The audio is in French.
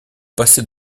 passer